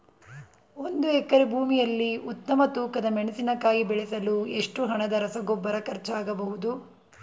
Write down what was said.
ಒಂದು ಎಕರೆ ಭೂಮಿಯಲ್ಲಿ ಉತ್ತಮ ತೂಕದ ಮೆಣಸಿನಕಾಯಿ ಬೆಳೆಸಲು ಎಷ್ಟು ಹಣದ ರಸಗೊಬ್ಬರ ಖರ್ಚಾಗಬಹುದು?